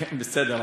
בסדר.